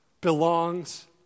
belongs